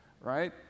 right